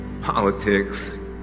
politics